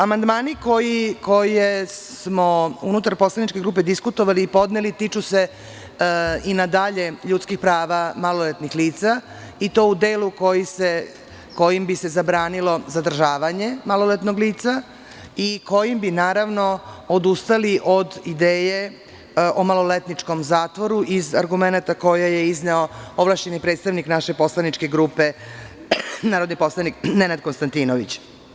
Amandmani koje smo unutar poslaničke grupe diskutovali ili podneli tiču se i nadalje ljudskih prava maloletnih lica i to u delu kojim bi se zabranilo zadržavanje maloletnog lica i kojim bi odustali od ideje o maloletničkom zatvoru iz argumenata koje je izneo ovlašćeni predstavnik naše poslaničke grupe, narodni poslanik Nenad Konstantinović.